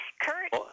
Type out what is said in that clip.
Kurt